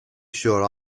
sure